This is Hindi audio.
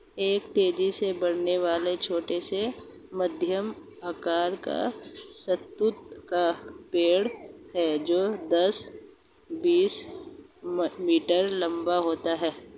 एक तेजी से बढ़ने वाला, छोटा से मध्यम आकार का शहतूत का पेड़ है जो दस, बीस मीटर लंबा होता है